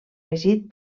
regit